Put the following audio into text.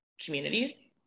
communities